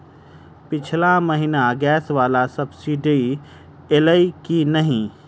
पिछला महीना गैस वला सब्सिडी ऐलई की नहि?